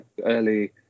early